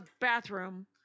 bathroom